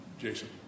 Jason